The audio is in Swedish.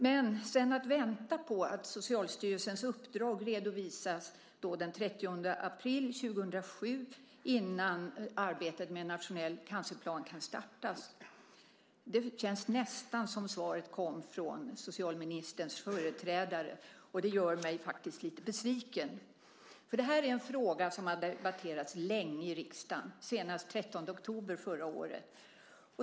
Men när han säger att man ska vänta på att Socialstyrelsens uppdrag redovisas den 30 april 2007 innan arbetet med en nationell cancerplan kan startas känns det nästan som att svaret kom från socialministerns företrädare. Det gör mig faktiskt lite besviken. Det här är en fråga som har debatterats länge i riksdagen, senast den 13 oktober förra året.